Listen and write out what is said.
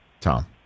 Tom